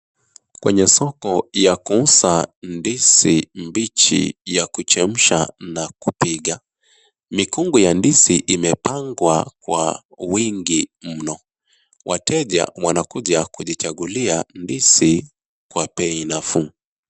Kwenye soko ya kuuza ndizi mbichi ya kuchemsha na kupika. Mikungu ya ndizi imepangwa kwa wingi mno. Wateja wanakuja kujichagulia ndizi kwa bei nafuu.